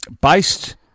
based